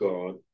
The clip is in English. God